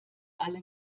alle